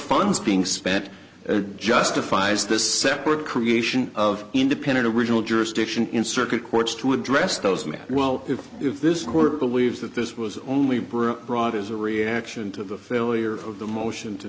funds being spent justifies this separate creation of independent of original jurisdiction in circuit courts to address those may well if this court believes that this was only brought as a reaction to the failure of the motion to